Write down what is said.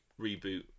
reboot